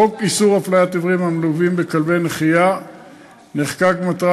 חוק איסור הפליית עיוורים המלווים בכלבי נחייה נחקק במטרה